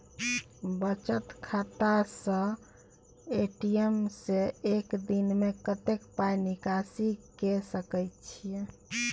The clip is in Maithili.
बचत खाता स ए.टी.एम से एक दिन में कत्ते पाई निकासी के सके छि?